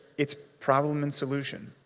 it's problem and solution,